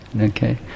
Okay